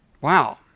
Wow